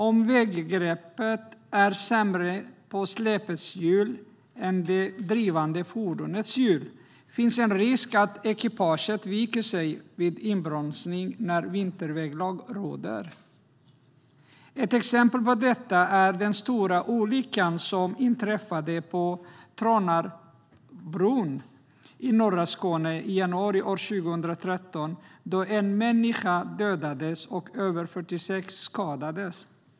Om väggreppet är sämre på släpets hjul än på det drivande fordonets hjul finns det en risk att ekipaget viker sig vid inbromsning när vinterväglag råder. Ett exempel på detta är den stora olycka som inträffade på Tranarpsbron i norra Skåne i januari 2013 då en människa dödades och mer än 46 skadades.